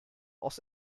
aus